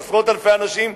עשרות אלפי אנשים,